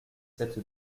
cette